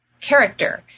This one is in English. character